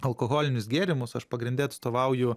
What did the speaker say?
alkoholinius gėrimus aš pagrinde atstovauju